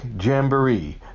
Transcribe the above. Jamboree